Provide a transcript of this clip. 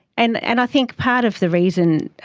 and and i think part of the reason,